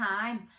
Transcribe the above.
time